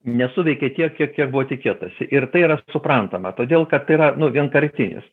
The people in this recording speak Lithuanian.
nesuveikė tiek kiek ir buvo tikėtasi ir tai yra suprantama todėl kad yra nu vienkartinis